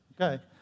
Okay